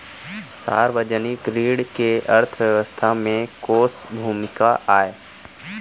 सार्वजनिक ऋण के अर्थव्यवस्था में कोस भूमिका आय?